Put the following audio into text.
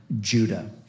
Judah